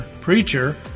preacher